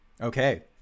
Okay